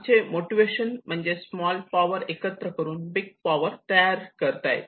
आमचे मोटिवेशन म्हणजे small power एकत्र करून बिग पावर तयार करता येते